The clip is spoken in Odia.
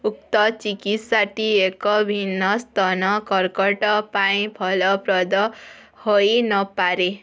ଉକ୍ତ ଚିକିତ୍ସାଟି ଏକ ଭିନ୍ନ ସ୍ତନ କର୍କଟ ପାଇଁ ଫଳପ୍ରଦ ହୋଇନପାରେ